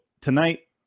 tonight